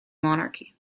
monarchy